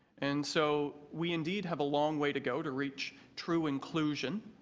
and so we and have a long way to go to reach true inclusion